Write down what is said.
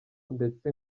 ndetse